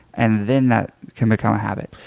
and then that can become a habit.